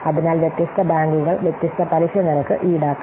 അതിനാൽ വ്യത്യസ്ത ബാങ്കുകൾ വ്യത്യസ്ത പലിശ നിരക്ക് ഈടാക്കാം